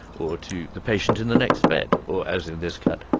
or to the patient in the next bed or, as in this cut,